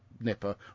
nipper